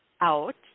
out